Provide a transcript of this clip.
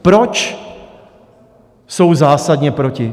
Proč jsou zásadně proti?